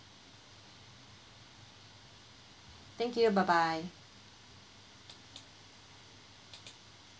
thank you bye bye